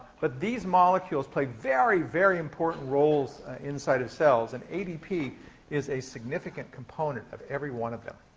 but these molecules play very, very important roles inside of cells, and adp is a significant component of every one of them.